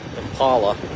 Impala